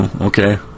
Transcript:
Okay